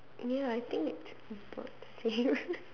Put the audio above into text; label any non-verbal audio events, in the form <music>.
ya I think it's about the same <laughs>